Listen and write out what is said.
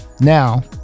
Now